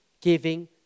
giving